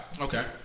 Okay